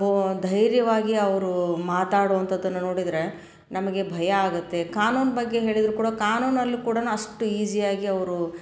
ಧೈರ್ಯವಾಗಿ ಅವರು ಮಾತಾಡುವಂಥದ್ದನ್ನು ನೋಡಿದರೆ ನಮಗೆ ಭಯ ಆಗುತ್ತೆ ಕಾನೂನು ಬಗ್ಗೆ ಹೇಳಿದರು ಕೂಡ ಕಾನೂನಲ್ಲಿ ಕೂಡ ಅಷ್ಟು ಈಸಿಯಾಗಿ ಅವರು